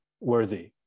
worthy